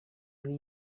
muri